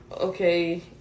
okay